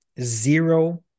zero